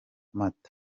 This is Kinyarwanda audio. mata